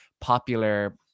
popular